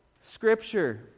Scripture